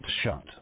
shut